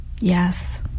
Yes